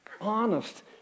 Honest